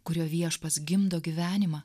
kuriuo viešpats gimdo gyvenimą